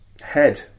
head